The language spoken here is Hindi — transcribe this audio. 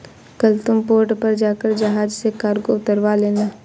कल तुम पोर्ट पर जाकर जहाज से कार्गो उतरवा लेना